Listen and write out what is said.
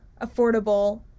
affordable